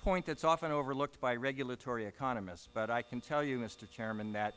point that is often overlooked by regulatory economists but i can tell you mister chairman that